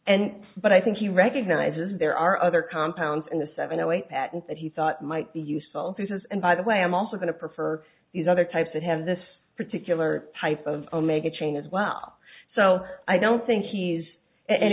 and but i think he recognizes there are other compounds in the seven zero eight patent that he thought might be useful pieces and by the way i'm also going to prefer these other types that have this particular type of omega chain as well so i don't think he's and